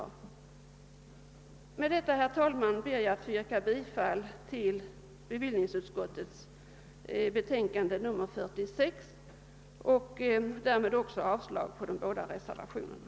Med detta ber jag, herr talman, att få yrka bifall till utskottets hemställan och därmed avslag på de båda reservationerna.